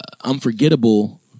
unforgettable